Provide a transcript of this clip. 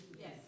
Yes